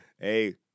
hey